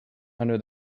under